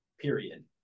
period